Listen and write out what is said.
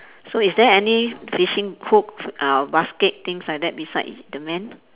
so is there any fishing hook uh basket things like that beside the man